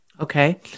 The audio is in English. Okay